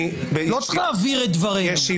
לא צריך להעביר את דבריהם,